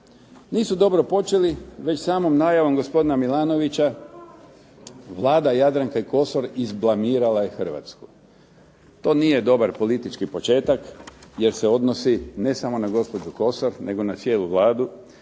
Nisu dobro počeli, već samom najavom gospodina Milanovića Vlada Jadranke Kosor izblamirala je Hrvatsku. To nije dobar politički početak, jer se odnosi ne samo na gospođu Kosor, nego na cijelu Vladu,